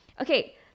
Okay